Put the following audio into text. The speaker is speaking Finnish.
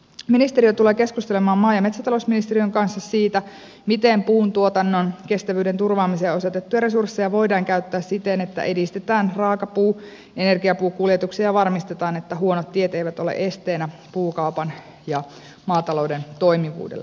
ministeriö tulee keskustelemaan maa ja metsätalousministeriön kanssa siitä miten puun tuotannon kestävyyden turvaamiseen osoitettuja resursseja voidaan käyttää siten että edistetään raakapuu ja energiapuukuljetuksia ja varmistetaan että huonot tiet eivät ole esteenä puukaupan ja maatalouden toimivuudelle